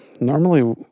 Normally